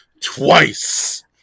twice